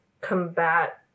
combat